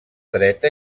dreta